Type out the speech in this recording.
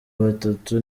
batatu